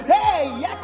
Hey